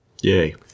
Yay